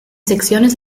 secciones